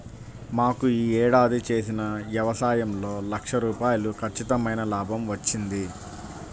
మాకు యీ ఏడాది చేసిన యవసాయంలో లక్ష రూపాయలు ఖచ్చితమైన లాభం వచ్చింది